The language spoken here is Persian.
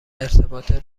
ارتباط